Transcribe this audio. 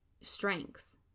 strengths